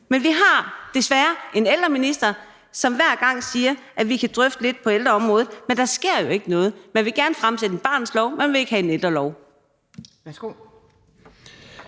Men vi har desværre en ældreminister, som hver gang siger, at vi kan drøfte lidt på ældreområdet, men der sker jo ikke noget. Man vil gerne fremsætte en barnets lov, men man vil ikke have en ældrelov.